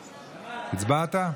הצבעת?